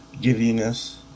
giddiness